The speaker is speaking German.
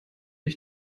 ich